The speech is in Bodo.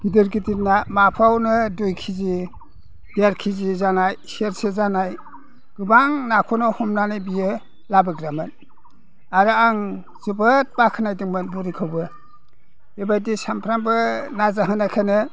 गिदिर गिदिर ना माफायावनो दुइ केजि देर केजि जानाय सेरसे जानाय गोबां नाखौनो हमनानै बियो लाबोग्रामोन आरो आं जोबोद बाखनायदोंमोन बुरिखौबो बेबायदि सानफ्रामबो ना जाहोनायखायनो